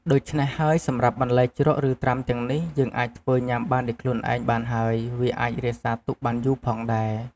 ដូច្នេះហេីយសម្រាប់បន្លែជ្រក់ឬត្រាំទាំងនេះយេីងអាចធ្វេីញាំបានដោយខ្លួនឯងបានហេីយវាអាចរក្សាទុកបានយូរផងដែរ។